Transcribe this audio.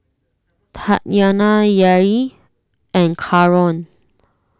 Tatyanna Yair and Karon